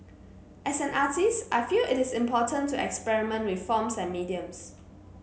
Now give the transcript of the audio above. as an artist I feel it is important to experiment with forms and mediums